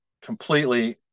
completely